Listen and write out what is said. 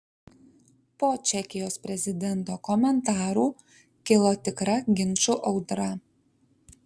po čekijos prezidento komentarų kilo tikra ginčų audra